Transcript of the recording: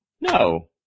No